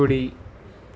కుడి